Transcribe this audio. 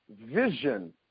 vision